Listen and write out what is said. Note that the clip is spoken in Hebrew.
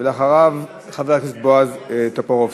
אחריו, חבר הכנסת בועז טופורובסקי.